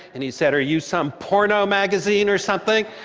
and he said, are you some porno magazine or something?